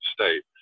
state